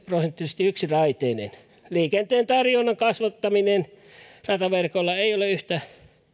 prosenttisesti yksiraiteinen liikenteen tarjonnan kasvattaminen rataverkolla ei ole yhtä